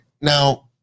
now